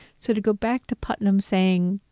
so to go back to putnam saying,